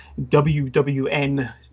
WWN